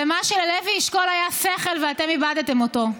בזה ללוי אשכול היה שכל, ואתם איבדתם אותו.